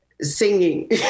singing